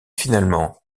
finalement